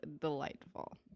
delightful